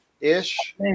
ish